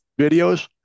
videos